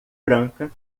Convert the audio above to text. branca